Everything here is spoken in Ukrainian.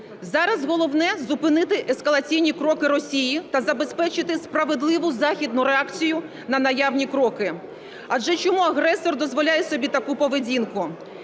Зараз головне – зупинити ескалаційні кроки Росії та забезпечити справедливу західну реакцію на наявні кроки. Адже чому агресор дозволяє собі таку поведінку?